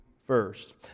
first